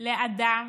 לאדם